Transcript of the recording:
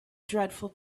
dreadful